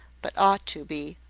but ought to be,